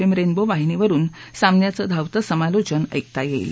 M rainbow वाहिनीवरुन सामन्याचं धावतं समालोचन ऐकता येईल